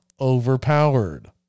overpowered